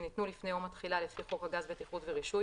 שניתנו לפני יום התחילה לפי חוק הגז (בטיחות ורישוי)